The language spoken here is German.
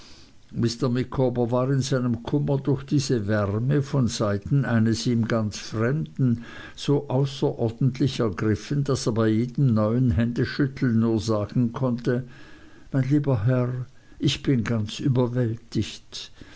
micawber war in seinem kummer durch diese wärme von seiten eines ihm ganz fremden so außerordentlich ergriffen daß er bei jedem neuen händeschütteln nur sagen konnte mein lieber herr ich bin ganz überwältigt